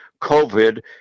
COVID